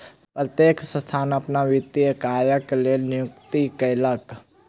प्रत्येक संस्थान अपन वित्तीय कार्यक लेल नियुक्ति कयलक